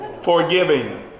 forgiving